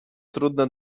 trudne